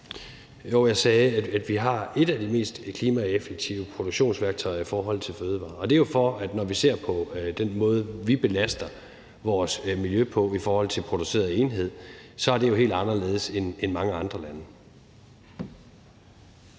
Jo, jeg sagde, at vi har et af de mest klimaeffektive produktionsværktøjer i forhold til fødevarer. Og det er af den grund, at når vi ser på den måde, vi belaster vores miljø på i forhold til produceret enhed, så er det jo helt anderledes end i mange andre lande.